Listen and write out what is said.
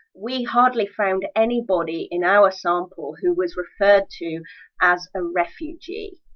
we hardly found anybody in our sample who was referred to as a! refugee.